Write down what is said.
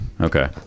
Okay